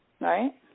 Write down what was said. Right